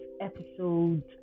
episode